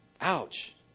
Ouch